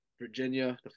Virginia